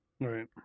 Right